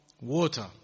water